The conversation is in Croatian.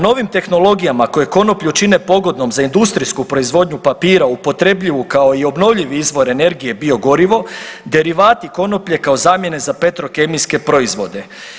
Novim tehnologijama koje konoplju čine pogodnom za industrijsku proizvodnju papira upotrebljivu kao i obnovljivi izvor energije biogorivo derivati konoplje kao zamjene za petrokemijske proizvode.